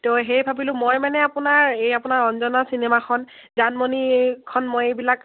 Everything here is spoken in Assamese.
ত' সেই ভাবিলোঁ মই মানে আপোনাৰ এই আপোনাৰ অঞ্জনা চিনেমাখন জানমণিখন মই এইবিলাক